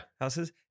houses